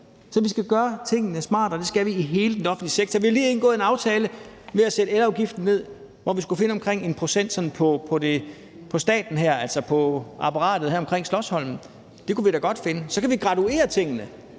Så vi skal gøre tingene smartere, og det skal vi i hele den offentlige sektor. Vi har lige indgået en aftale ved at sætte elafgiften ned, hvor vi skulle finde omkring 1 pct. sådan på staten, altså på apparatet her omkring Slotsholmen. Det kunne vi da godt finde. Så kan vi graduere tingene